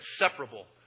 inseparable